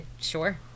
Sure